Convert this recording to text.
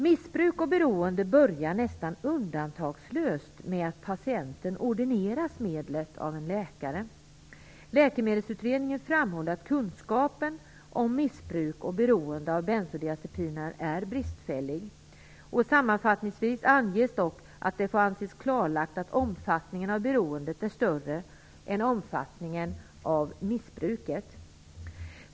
Missbruk och beroende börjar nästan undantagslöst med att patienten ordineras medlet av en läkare. Läkemedelsutredningen framhåller att kunskapen om missbruk och beroende av bensodiazepiner är bristfällig. Sammanfattningsvis anges dock att det får anses klarlagt att omfattningen av beroendet är större än omfattningen av missbruket.